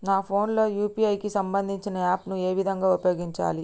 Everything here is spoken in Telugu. నా ఫోన్ లో యూ.పీ.ఐ కి సంబందించిన యాప్ ను ఏ విధంగా ఉపయోగించాలి?